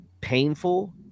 painful